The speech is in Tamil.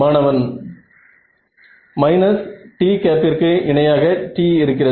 மாணவன் t ற்கு இணையாக T இருக்கிறது